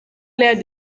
l’air